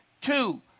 two